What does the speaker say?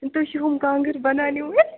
تُہۍ چھُو ہُم کانٛگر بناونہٕ وٲلۍ